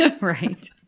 right